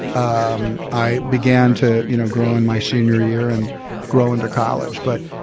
um i began to you know grow in my senior year, and grow into college. but